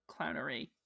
clownery